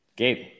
Gabe